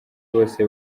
bose